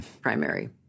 primary